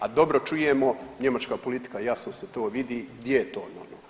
A dobro čujemo, njemačka politika jasno se to vidi gdje je to no, no.